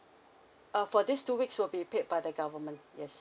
uh for these two weeks will be paid by the government yes